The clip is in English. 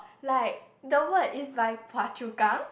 like the word is by Phua-Chu-Kang